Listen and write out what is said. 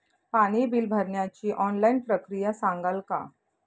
पाणी बिल भरण्याची ऑनलाईन प्रक्रिया सांगाल का?